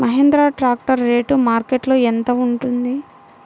Mahindra tractor rate మార్కెట్లో యెంత ఉంటుంది?